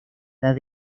edad